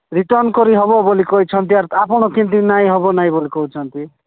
return କରିହେବ ବୋଲି କହିଛନ୍ତି ଆର୍ ଆପଣ କେମିତି ନାଇଁ ହେବ ନାଇଁ ବୋଲି କହୁଛନ୍ତି